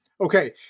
Okay